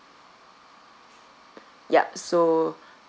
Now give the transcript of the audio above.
yup so